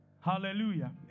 Hallelujah